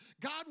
God